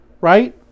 Right